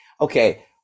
okay